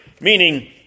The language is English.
meaning